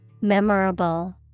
Memorable